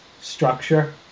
structure